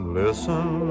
listen